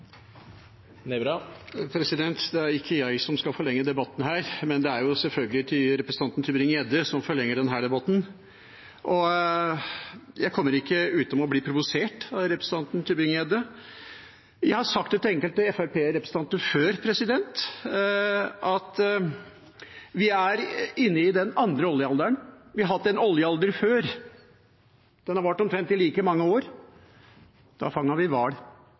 som forlenger denne debatten. Jeg kommer ikke utenom å bli provosert av representanten Tybring-Gjedde. Jeg har sagt til enkelte Fremskrittsparti-representanter før at vi er inne i den andre oljealderen. Vi har hatt en oljealder før, og den varte i omtrent like mange år. Da fanget vi